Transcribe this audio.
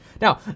Now